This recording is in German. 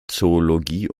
zoologie